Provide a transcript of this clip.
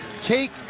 take